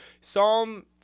Psalm